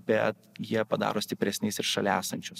bet jie padaro stipresniais ir šalia esančius